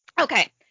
Okay